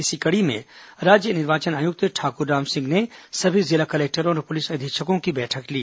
इसी कड़ी में राज्य निर्वाचन आयक्त ठाक्र राम सिंह ने सभी जिला कलेक्टरॉ और पुलिस अधीक्षकों की बैठक ली